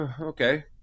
okay